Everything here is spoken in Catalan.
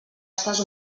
estàs